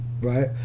right